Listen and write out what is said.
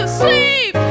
sleep